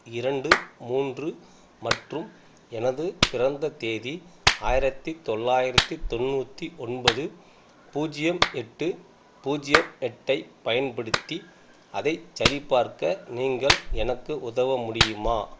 இரண்டு மூன்று மற்றும் எனது பிறந்த தேதி ஆயிரத்தி தொள்ளாயிரத்தி தொண்ணூற்றி ஒன்பது பூஜ்ஜியம் எட்டு பூஜ்ஜியம் எட்டை பயன்படுத்தி அதை சரிபார்க்க நீங்கள் எனக்கு உதவ முடியுமா